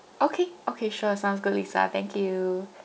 okay okay sure sounds good lisa thank you